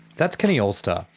that's kenny allstar,